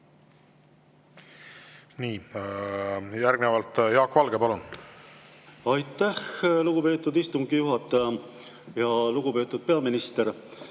Nii. Järgnevalt Jaak Valge, palun! Aitäh, lugupeetud istungi juhataja! Lugupeetud peaminister!